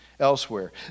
Elsewhere